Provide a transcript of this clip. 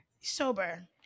Sober